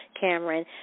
Cameron